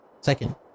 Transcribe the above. Second